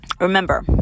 remember